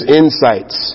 insights